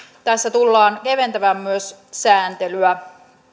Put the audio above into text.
tässä tullaan keventämään myös sääntelyä